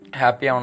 happy